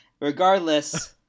regardless